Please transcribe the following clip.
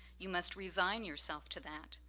you must resign yourself to that.